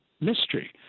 mystery